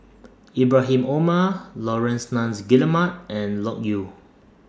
Ibrahim Omar Laurence Nunns Guillemard and Loke Yew